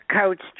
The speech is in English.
Coach